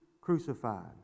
crucified